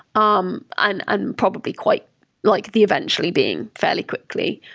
um i'm and probably quite like the eventually being fairly quickly,